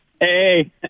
Hey